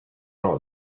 not